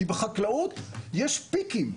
כי בחקלאות יש 'פיקים',